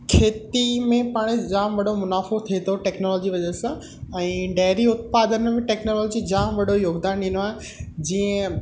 खेती में पाणि जाम वॾो मुनाफ़ो थिए थो टेक्नोलॉजी वजह सां ऐं डेरी उत्पादन में टेक्नोलॉजी जाम वॾो योगदान ॾिनो आहे जीअं